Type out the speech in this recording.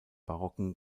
barocken